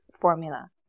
formula